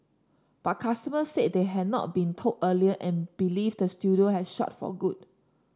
but customers said they had not been told earlier and believe the studio has shut for good